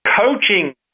coaching